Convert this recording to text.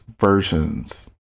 versions